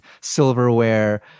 silverware